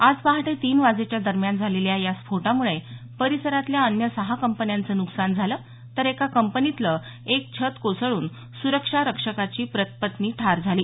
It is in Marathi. आज पहाटे तीन वाजेच्या दरम्यान झालेल्या या स्फोटामुळे परिसरातल्या अन्य सहा कंपन्यांचं नुकसान झालं तर एका कंपनीतलं एक छत कोसळ्रन सुरक्षा रक्षकाची पत्नी ठार झाली